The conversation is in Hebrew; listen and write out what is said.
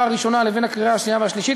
הראשונה לבין הקריאה השנייה והשלישית,